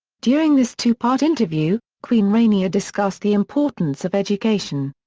during this two part interview, queen rania discussed the importance of education.